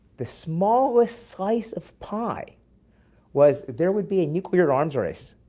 the smallest slice of pie was, there would be a nuclear arms race